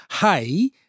hey